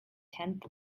tenth